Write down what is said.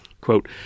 Quote